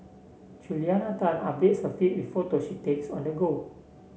Juliana Tan updates her feed with photos she takes on the go